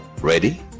Ready